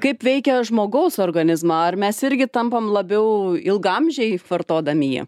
kaip veikia žmogaus organizmą ar mes irgi tampam labiau ilgaamžiai vartodami jį